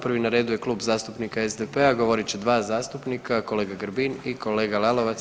Prvi na redu je Klub zastupnika SDP-a, govorit će dva zastupnika kolega Grbin i kolega Lalovac.